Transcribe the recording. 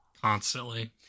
Constantly